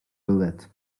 roulette